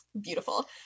beautiful